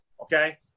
okay